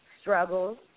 struggles